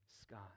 sky